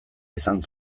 izan